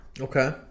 Okay